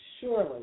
surely